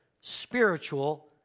spiritual